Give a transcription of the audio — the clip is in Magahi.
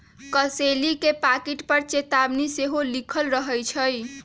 कसेली के पाकिट पर चेतावनी सेहो लिखल रहइ छै